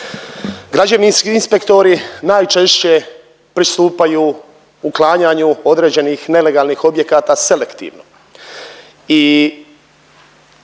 Građevinski inspektori najčešće pristupaju uklanjanju određenih nelegalnih objekata selektivno i